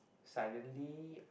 suddenly